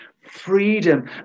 freedom